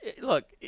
Look